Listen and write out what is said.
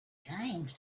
times